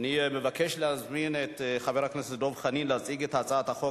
אני מבקש לצרף לפרוטוקול את חברת הכנסת שלי יחימוביץ וזהבה גלאון.